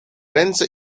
ręce